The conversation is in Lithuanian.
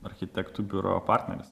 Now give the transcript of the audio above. architektų biuro partneris